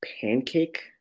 pancake